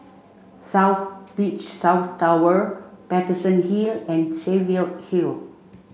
South Beach South Tower Paterson Hill and Cheviot Hill